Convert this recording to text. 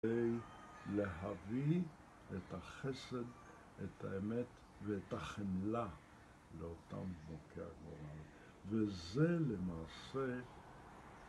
להביא את החסד, את האמת, ואת החמלה לאותם מוכי הגורל וזה למעשה...